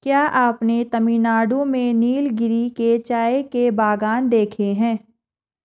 क्या आपने तमिलनाडु में नीलगिरी के चाय के बागान देखे हैं?